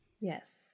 yes